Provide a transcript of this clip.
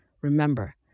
Remember